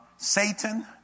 Satan